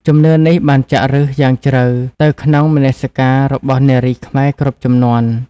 ជំនឿនេះបានចាក់ឫសយ៉ាងជ្រៅទៅក្នុងមនសិការរបស់នារីខ្មែរគ្រប់ជំនាន់។